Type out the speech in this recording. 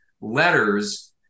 letters